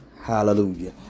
Hallelujah